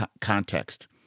context